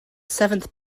seventh